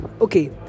Okay